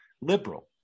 Liberal